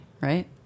right